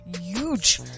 huge